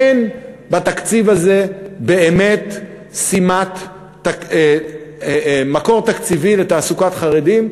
אין בתקציב הזה באמת שימת מקור תקציבי לתעסוקת חרדים.